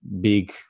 big